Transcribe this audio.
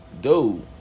Dude